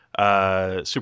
super